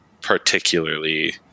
particularly